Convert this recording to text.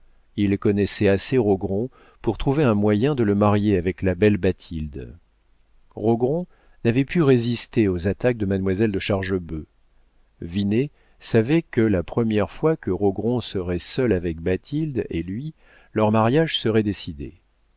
il connaissait assez rogron pour trouver un moyen de le marier avec la belle bathilde rogron n'avait pu résister aux attaques de mademoiselle de chargebœuf vinet savait que la première fois que rogron serait seul avec bathilde et lui leur mariage serait décidé